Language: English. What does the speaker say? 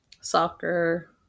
soccer